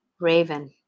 raven